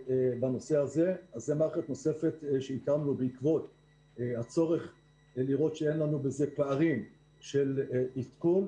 זאת מערכת נוספת שהקמנו בעקבות הצורך לראות שאין לנו פערים בעדכון.